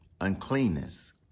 uncleanness